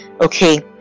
Okay